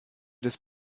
des